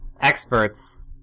experts